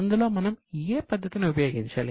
అందులో మనం ఏ పద్ధతిని ఉపయోగించాలి